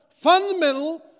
fundamental